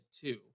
two